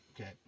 okay